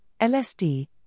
LSD